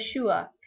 Yeshua